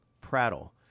Prattle